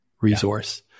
resource